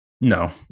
No